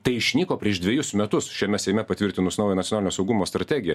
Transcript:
tai išnyko prieš dvejus metus šiame seime patvirtinus naują nacionalinio saugumo strategiją